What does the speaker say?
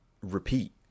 repeat